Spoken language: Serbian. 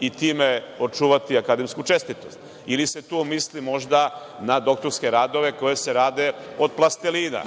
i time očuvati akademsku čestitost, ili se tu misli možda na doktorske radove koji se rade od plastelina.